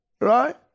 Right